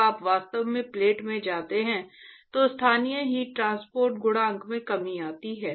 जब आप वास्तव में प्लेट में जाते हैं तो स्थानीय हीट ट्रांसपोर्ट गुणांक में कमी आती है